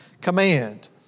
Command